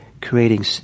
creating